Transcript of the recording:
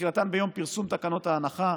שתחילתם ביום פרסום תקנות ההנחה,